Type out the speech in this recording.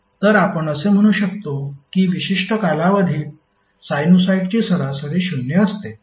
तर आपण असे म्हणू शकतो की विशिष्ट कालावधीत साइनुसॉईडची सरासरी शून्य असते